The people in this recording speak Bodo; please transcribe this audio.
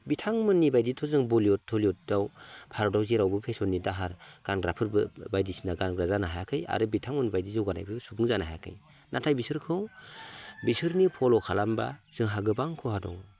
बिथांमोननि बायदिथ' जों बलिवुद हलिवुदाव भारताव जेरावबो फेसननि दाहार गानग्राफोरबो बायदिसिना गानग्रा जानो हायाखै आरो बिथांमोनबायदि जौगानायबो सुबुं जानो हायाखै नाथाय बिसोरखौ बिसोरनि फल' खालामबा जोंहा गोबां खहा दं